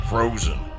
Frozen